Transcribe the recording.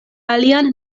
alian